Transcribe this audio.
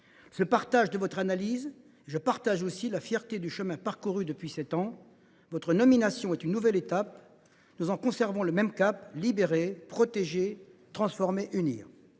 Je partage votre analyse, ainsi que la fierté du chemin parcouru depuis sept ans. Votre nomination est une nouvelle étape, mais nous conservons le même cap : libérer, protéger, transformer, unir